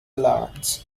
allowance